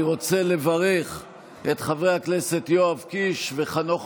אני רוצה לברך את חברי הכנסת יואב קיש וחנוך